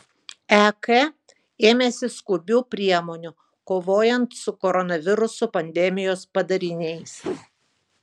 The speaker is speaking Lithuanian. ek ėmėsi skubių priemonių kovojant su koronaviruso pandemijos padariniais